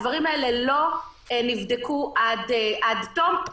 הדברים האלה לא נבדקו עד תום,